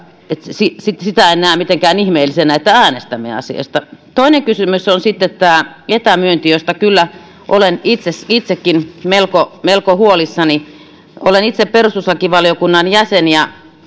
sitä en näe mitenkään ihmeellisenä että äänestämme asiasta toinen kysymys on sitten etämyynti josta kyllä olen itsekin melko melko huolissani olen itse perustuslakivaliokunnan jäsen ja